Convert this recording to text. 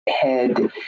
head